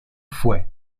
fue